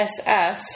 sf